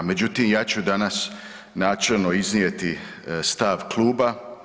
Međutim, ja ću danas načelno iznijeti stav kluba.